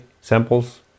samples